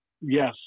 yes